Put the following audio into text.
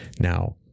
Now